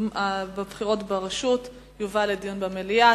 ברשות יובא לדיון במליאה.